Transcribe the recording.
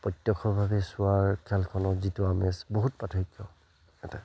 প্ৰত্যক্ষভাৱে চোৱাৰ খেলখনক যিটো আমেজ বহুত পাৰ্থক্য থাকে